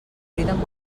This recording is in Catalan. criden